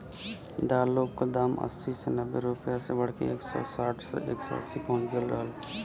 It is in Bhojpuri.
दालों क दाम अस्सी से नब्बे रुपया से बढ़के एक सौ साठ से एक सौ अस्सी पहुंच गयल रहल